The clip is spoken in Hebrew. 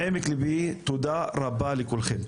מעומק ליבי, תודה רבה לכולם.